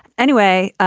anyway.